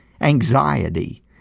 anxiety